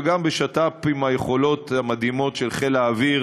וגם בשת"פ עם היכולות המדהימות של חיל האוויר